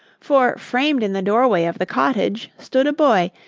for, framed in the doorway of the cottage stood a boy,